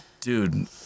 Dude